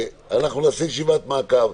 נעשה ישיבת מעקב.